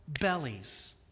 bellies